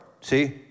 see